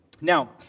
Now